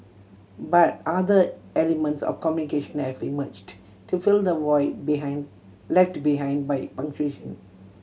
but other elements of communication have emerged to fill the void behind left behind by punctuation